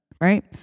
right